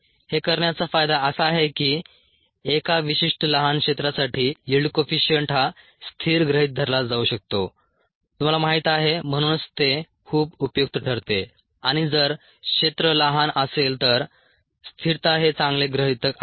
हे करण्याचा फायदा असा आहे की एका विशिष्ट लहान क्षेत्रासाठी यील्ड कोइफिशिअंट हा स्थिर गृहित धरला जाऊ शकतो तुम्हाला माहित आहे म्हणूनच ते खूप उपयुक्त ठरते आणि जर क्षेत्र लहान असेल तर स्थिरता हे चांगले गृहितक आहे